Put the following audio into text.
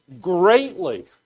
greatly